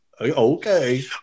Okay